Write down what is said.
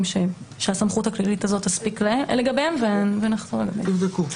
שהסמכות הכללית הזאת תספיק לגביהם --- תבדקו,